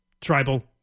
tribal